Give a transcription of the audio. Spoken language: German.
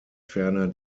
ferner